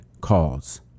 calls